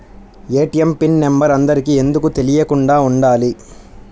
ATM pin number అందరికి ఎందుకు తెలియకుండా ఉండాలి?